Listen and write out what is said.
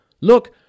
Look